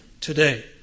today